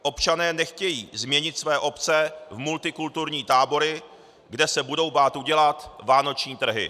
Občané nechtějí změnit své obce v multikulturní tábory, kde se budou bát udělat vánoční trhy.